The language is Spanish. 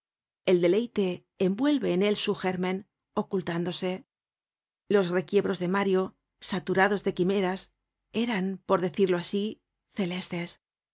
el deleite envuelve en él su gérmen ocultándose los requiebros de mario saturados de quimeras eran por decirlo asi celestes